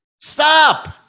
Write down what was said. Stop